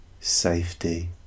safety